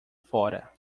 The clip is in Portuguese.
fora